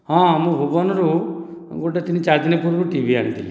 ହଁ ମୁଁ ଭୁବନରୁ ଗୋଟିଏ ତିନି ଚାରି ଦିନ ପୂର୍ବରୁ ଟିଭି ଆଣିଥିଲି